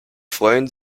freuen